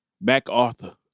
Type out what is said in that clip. MacArthur